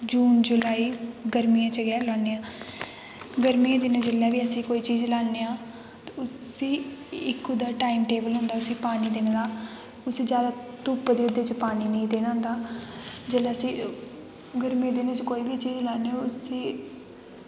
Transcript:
जून जलाई गर्मियैं च गै लान्ने आं गर्मियैं दै दिनै जिसलै बी कोई चीज़ लान्ने आं ते इक ओह्दा टाईम टेवल होंदा उसी पानी देने दा उसी जादा धुप्प दे बिच्च पानी नेंई देना होंदा जिसलै अस गर्मियैं दे दिनैं कोई बी चीज़ लैन्ने